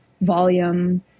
volume